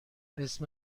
اسم